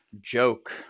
joke